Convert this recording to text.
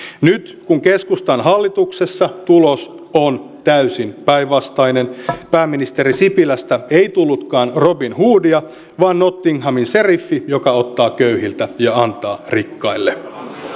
nyt kun keskusta on hallituksessa tulos on täysin päinvastainen pääministeri sipilästä ei tullutkaan robin hoodia vaan nottinghamin seriffi joka ottaa köyhiltä ja antaa rikkaille